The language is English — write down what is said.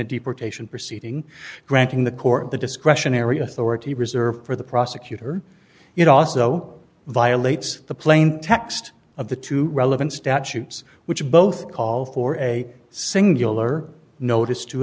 a deportation proceeding granting the court the discretionary authority reserved for the prosecutor you know also violates the plain text of the two relevant statutes which both call for a singular notice to